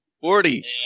Forty